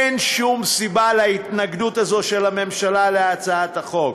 אין שום סיבה להתנגדות הזאת של הממשלה להצעת החוק.